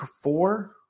four